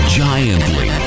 giantly